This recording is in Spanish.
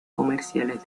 comerciales